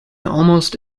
almost